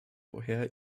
woher